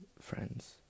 friends